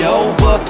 over